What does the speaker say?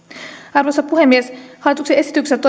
arvoisa puhemies hallituksen esityksessä